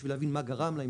בשביל להבין מה גרם לה?